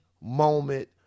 moment